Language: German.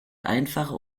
einfache